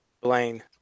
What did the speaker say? Blaine